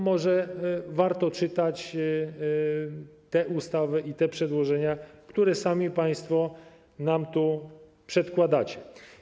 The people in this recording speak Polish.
Może warto czytać te ustawy i te przedłożenia, które sami państwo nam tu prezentujecie.